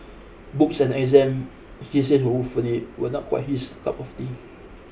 books and exam he says ruefully were not quite his cup of tea